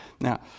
Now